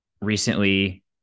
Recently